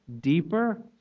deeper